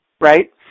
right